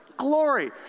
Glory